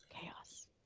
Chaos